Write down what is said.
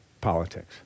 politics